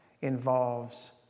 involves